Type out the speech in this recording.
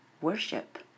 Worship